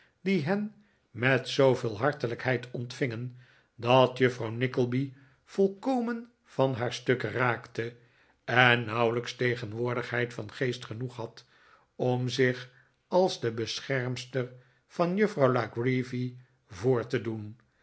die hen met zooveel hartelijkheid ontvingen dat juffrouw nickleby volkomen van haar stuk raakte en nauwelijks tegenwoordigheid van geest genoeg had om zich als de beschermster van juffrouw la creevy voor te doen